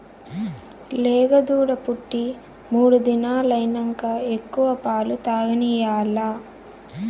లేగదూడ పుట్టి మూడు దినాలైనంక ఎక్కువ పాలు తాగనియాల్ల